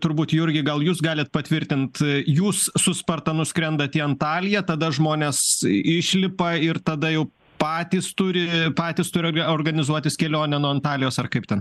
turbūt jurgi gal jūs galit patvirtint jūs su spartanu skrendat į antaliją tada žmonės išlipa ir tada jau patys turi patys turi organizuotis kelionę nuo antalijos ar kaip ten